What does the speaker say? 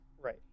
Right